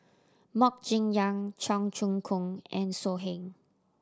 Mok Ying Jang Cheong Choong Kong and So Heng